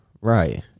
Right